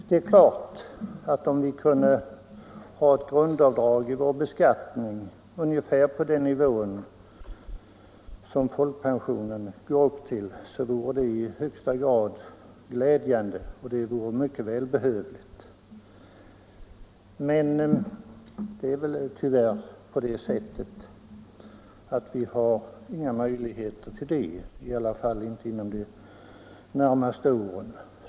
Det är klart att om vi kunde ha ett grundavdrag ungefär på den nivå som folkpensionen går upp till vore det i högsta grad glädjande och mycket välbehövligt. Men det finns tyvärr inte några möjligheter till det, i varje fall inte inom de närmaste åren.